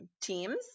teams